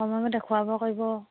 সময়মতে খোৱা বোৱা কৰিব